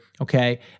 okay